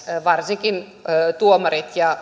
varsinkin tuomarit ja